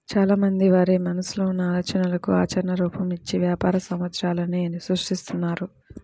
చాలామంది వారి మనసులో ఉన్న ఆలోచనలకు ఆచరణ రూపం, ఇచ్చి వ్యాపార సామ్రాజ్యాలనే సృష్టిస్తున్నారు